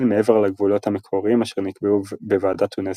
מעבר לגבולות המקוריים אשר נקבעו בוועדת אונסקו"פ.